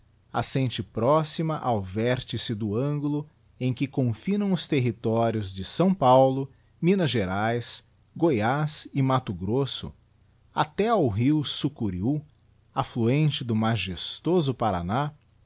povoação assente próxima ao vértice do angulo em que confinam os temtorios de s paulo minas geraes goyaz e matto grosso até ao rio sucuriú affluente do magestoso paraná